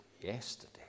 yesterday